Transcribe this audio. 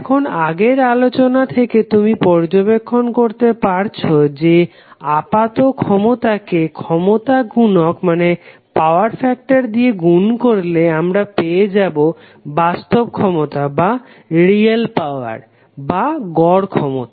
এখন আগের আলোচনা থেকে তুমি পর্যবেক্ষণ করতে পারছ যে আপাত ক্ষমতাকে ক্ষমতা গুনক দিয়ে গুন করলে আমরা পেয়ে যাবো বাস্তব ক্ষমতা বা গড় ক্ষমতা